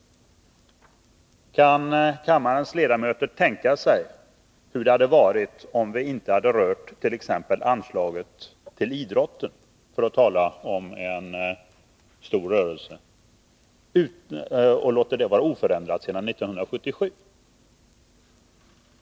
Kan kammarens ledamöter tänka sig hur det hade varit om vi inte hade rört t.ex. anslaget till idrotten — för att tala om en stor rörelse — utan låtit det vara oförändrat sedan 1977?